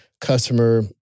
customer